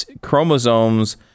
chromosomes